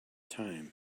time